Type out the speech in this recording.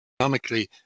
economically